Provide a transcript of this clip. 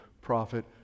prophet